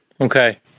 Okay